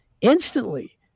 instantly